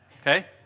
Okay